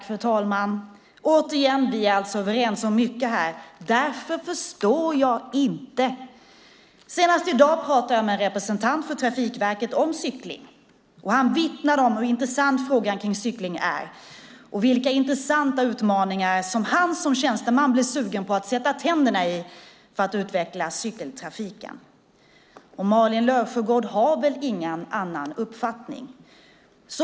Fru talman! Återigen: Vi är överens om mycket här. Just därför förstår jag inte resonemanget. Senast i dag har jag med en representant för Trafikverket pratat om cykling. Han vittnade om hur intressant frågan om cyklingen är och om vilka intressanta utmaningar som han som tjänsteman blir sugen på att sätta tänderna i för att utveckla cykeltrafiken. Malin Löfsjögård har väl ingen annan uppfattning?